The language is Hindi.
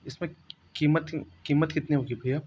इस में कीमत कीमत कितनी होगी भैया